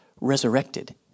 resurrected